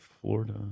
Florida